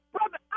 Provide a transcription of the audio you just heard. Brother